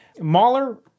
Mahler